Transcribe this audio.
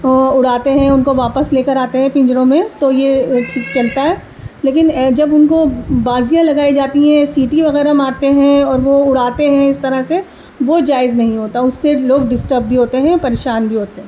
اڑاتے ہیں ان کو واپس لے کر آتے ہیں پنجڑوں میں تو یہ چلتا ہے لیکن جب ان کو بازیاں لگائی جاتی ہیں سیٹی وغیرہ مارتے ہیں اور وہ اڑاتے ہیں اس طرح سے وہ جائز نہیں ہوتا اس سے لوگ ڈسٹرب بھی ہوتے ہیں پریشان بھی ہوتے ہیں